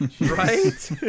Right